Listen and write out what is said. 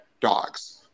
dogs